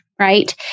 right